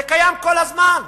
זה קיים כל הזמן.